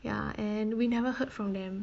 ya and we never heard from them